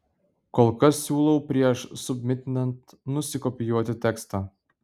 kol kas siūlau prieš submitinant nusikopijuoti tekstą